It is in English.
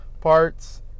parts